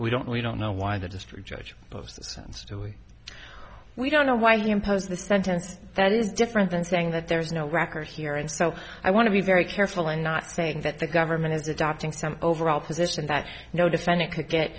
we don't we don't know why the district judge sense too we don't know why he imposed the sentence that is different than saying that there is no record here and so i want to be very careful in not saying that the government is adopting some overall position that no defendant could get